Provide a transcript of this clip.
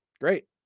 Great